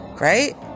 right